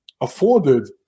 afforded